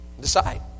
decide